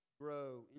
grow